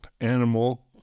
animal